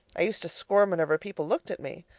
i used to squirm whenever people looked at me.